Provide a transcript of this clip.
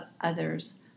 others